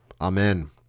amen